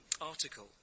article